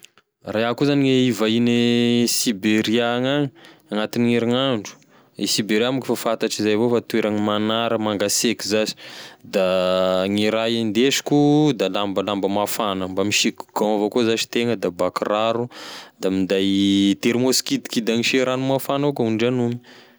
Raha iaho koa zagny gn'ivahigny à Siberia gn'agny agnatign'erignandro, i Siberia monko efa fantatry zay avao fa toeragny magnara mangasiaky zash da gne raha indesiko da lambalamba mafagna da misiky gant avao koa zash itegna da bakiraro da minday terimôsy kidikidy agnesia ragno mafagna koa hondragnonina.